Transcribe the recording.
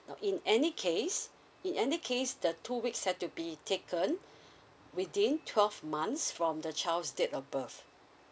now in any case in any case the two weeks had to be taken within twelve months from the child's date of birth